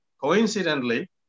Coincidentally